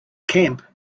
camp